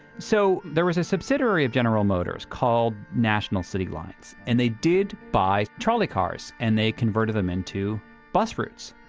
so, there was a subsidiary of general motors called national city lines and they did by trolley cars and they converted them into bus routes.